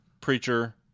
Preacher